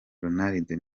ronaldo